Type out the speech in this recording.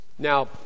Now